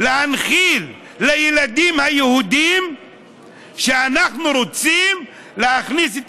להנחיל לילדים היהודים שאנחנו רוצים להכניס את